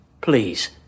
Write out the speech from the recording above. Please